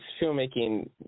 filmmaking